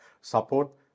support